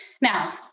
Now